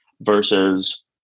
versus